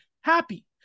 happy